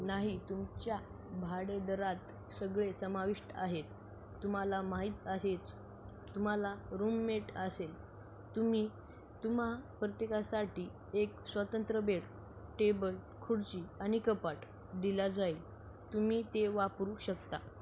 नाही तुमच्या भाडेदरात सगळे समाविष्ट आहेत तुम्हाला माहीत आहेच तुम्हाला रूममेट असेल तुम्ही तुम्हा प्रत्येकासाठी एक स्वतंत्र बेड टेबल खुर्ची आणि कपाट दिला जाईल तुम्ही ते वापरू शकता